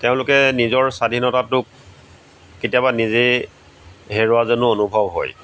তেওঁলোকে নিজৰ স্বাধীনতাটোক কেতিয়াবা নিজে হেৰুৱা যেনো অনুভৱ হয়